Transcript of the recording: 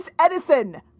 Edison